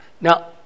Now